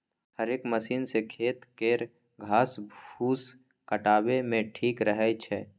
हेरेक मशीन सँ खेत केर घास फुस हटाबे मे ठीक रहै छै